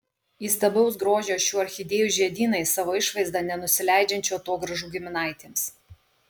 įstabaus grožio šių orchidėjų žiedynai savo išvaizda nenusileidžiančių atogrąžų giminaitėms